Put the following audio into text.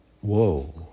Whoa